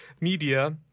Media